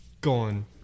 Gone